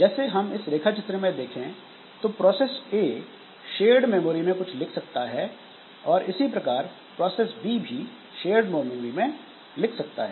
जैसे हम इस रेखा चित्र में देखें तो प्रोसेस A शेयर्ड मेमोरी में कुछ लिख सकता है और इसी प्रकार प्रोसेस B भी शेयर्ड मेमोरी में लिख सकता है